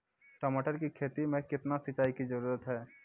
टमाटर की खेती मे कितने सिंचाई की जरूरत हैं?